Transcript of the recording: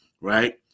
right